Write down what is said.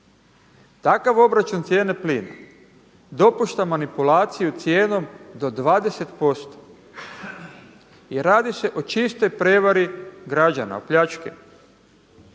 Takav obračun cijene plina dopušta manipulaciju cijenom do 20%. I radi se o čistoj prijevari građana, o pljački.